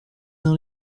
dans